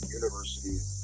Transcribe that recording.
universities